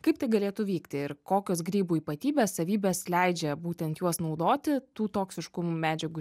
kaip tai galėtų vykti ir kokios grybų ypatybės savybės leidžia būtent juos naudoti tų toksiškų medžiagų